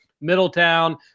Middletown